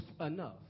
enough